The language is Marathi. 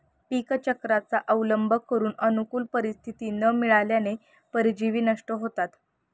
पीकचक्राचा अवलंब करून अनुकूल परिस्थिती न मिळाल्याने परजीवी नष्ट होतात